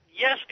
yes